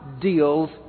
deals